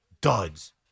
duds